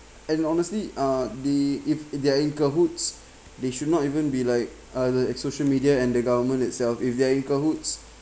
and honestly uh the if they're in cahoots they should not even be like uh the social media and the government itself if they're in cahoots